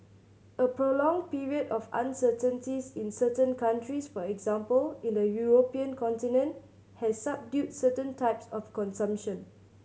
a prolonged period of uncertainties in certain countries for example in the European continent has subdued certain types of consumption